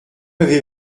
avez